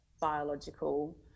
biological